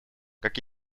как